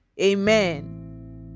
Amen